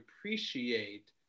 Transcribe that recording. appreciate